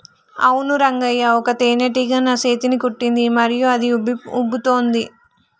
అవును రంగయ్య ఒక తేనేటీగ నా సేతిని కుట్టింది మరియు అది ఉబ్బుతోంది